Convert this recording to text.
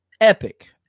epic